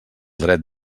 dret